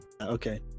okay